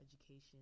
education